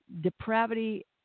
depravity